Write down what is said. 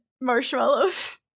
marshmallows